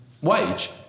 wage